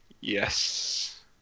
Yes